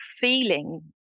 feeling